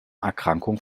erkrankung